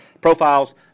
profiles